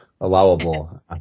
allowable